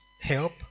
help